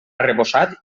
arrebossat